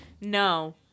No